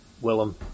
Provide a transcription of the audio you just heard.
Willem